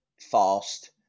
fast